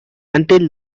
until